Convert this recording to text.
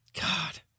God